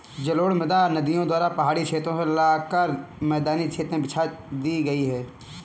जलोढ़ मृदा नदियों द्वारा पहाड़ी क्षेत्रो से लाकर मैदानी क्षेत्र में बिछा दी गयी है